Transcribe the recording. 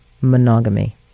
monogamy